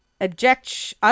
object